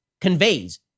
conveys